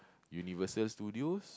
Universal Studios